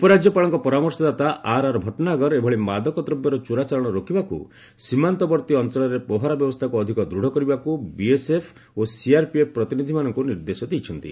ଉପରାଜ୍ୟପାଳଙ୍କ ପରାମର୍ଶଦାତା ଆର୍ଆର୍ ଭଟନାଗର ଏଭଳି ମାଦକ ଦ୍ରବ୍ୟର ଚୋରା ଚାଲାଣ ରୋକିବାକୁ ସୀମାନ୍ତବର୍ତ୍ତୀ ଅଞ୍ଚଳରେ ପହରା ବ୍ୟବସ୍ଥାକୁ ଅଧିକ ଦୂଢ଼ କରିବାକୁ ବିଏସ୍ଏଫ୍ ଓ ସିଆରପିଏଫ୍ ପ୍ରତିନିଧିମାନଙ୍କୁ ନିର୍ଦ୍ଦେଶ ଦେଇଛନ୍ତି